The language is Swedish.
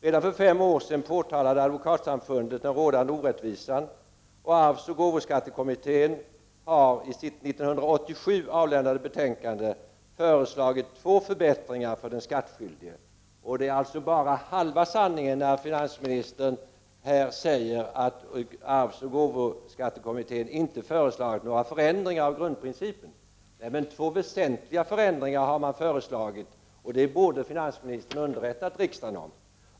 Redan för fem år sedan påtalade Advokatsamfundet den rådande orättvisan, och arvsoch gåvoskattekommittén har i sitt år 1987 avlämnade betänkande föreslagit två förbättringar för den skattskyldige. Det är bara halva sanningen när finansministern här säger att arvsoch gåvoskattekommittén inte föreslagit några förändringar av grundprincipen. Man har föreslagit två väsentliga förändringar, och det borde finansministern ha underrättat riksdagen om.